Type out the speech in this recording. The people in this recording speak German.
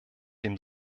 dem